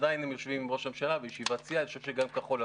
עדיין הם יושבים עם ראש הממשלה בישיבת סיעה,